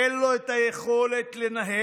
אין לו את היכולת לנהל,